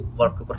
work